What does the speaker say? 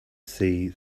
see